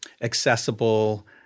accessible